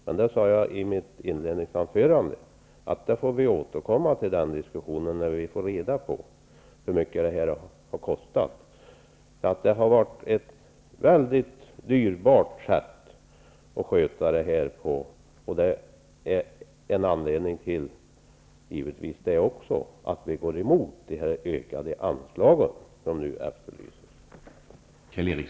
Men jag sade i mitt inledningsanförande att vi får återkomma till den diskussionen när vi har fått reda på hur mycket det hela har kostat. Att det här har blivit väldigt dyrt är givetvis en av anledningarna till att vi motsätter oss det yrkade anslaget.